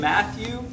Matthew